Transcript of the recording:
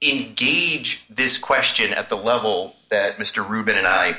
in gauge this question at the level that mr rubin and i